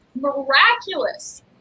miraculous